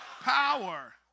Power